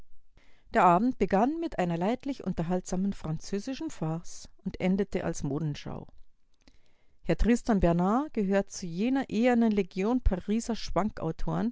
der abend begann mit einer leidlich unterhaltsamen französischen farce und endete als modenschau herr tristan bernard gehört zu jener ehernen legion pariser